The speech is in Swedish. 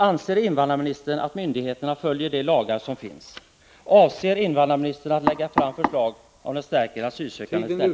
Anser invandrarministern att myndigheterna följer de lagar som finns? 2. Avser invandrarministern att lägga fram förslag som stärker den asylsökandes ställning?